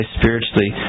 spiritually